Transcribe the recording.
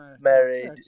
married